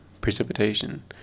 precipitation